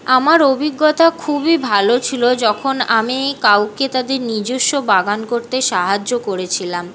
আমার অভিজ্ঞতা খুবই ভালো ছিলো যখন আমি কাউকে তাদের নিজস্ব বাগান করতে সাহায্য করেছিলাম